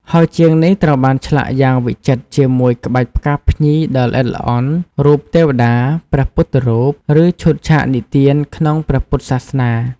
ហោជាងនេះ ត្រូវបានឆ្លាក់យ៉ាងវិចិត្រជាមួយក្បាច់ផ្កាភ្ញីដ៏ល្អិតល្អន់ រូបទេវតា ព្រះពុទ្ធរូប ឬឈុតឆាកនិទានក្នុងព្រះពុទ្ធសាសនា។